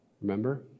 Remember